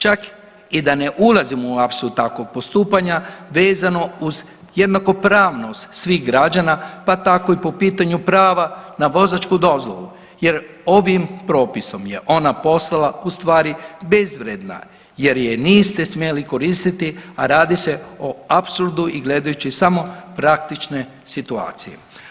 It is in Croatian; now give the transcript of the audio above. Čak i da ne ulazimo u apsurd takvog postupanja, vezano uz jednakopravnost svih građana, pa tako i po pitanju prava na vozačku dozvolu jer ovim propisom je ona poslala ustvari bezvrijedna jer je niste smjeli koristiti, a radi se o apsurdu i gledajući samo praktične situacije.